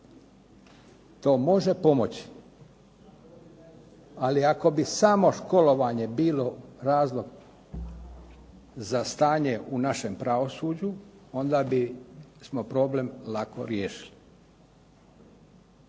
To može pomoći, ali ako bi samo školovanje bilo razlog za stanje u našem pravosuđu, onda bismo problem lako riješili.